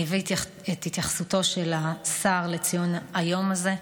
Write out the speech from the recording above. אני אביא את התייחסותו של השר לציון היום הזה.